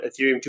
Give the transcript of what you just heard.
Ethereum